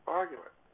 argument